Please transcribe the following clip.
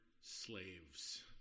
slaves